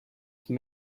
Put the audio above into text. schon